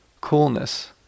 coolness